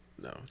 No